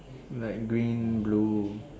like green blue